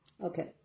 Okay